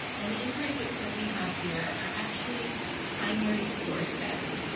and the inquiry kits that we have here are actually primary store sets.